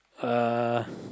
uh